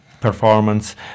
performance